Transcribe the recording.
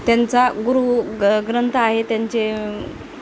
त्यांचा गुरुग्रंथ आहे त्यांचे